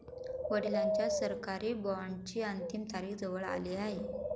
वडिलांच्या सरकारी बॉण्डची अंतिम तारीख जवळ आली आहे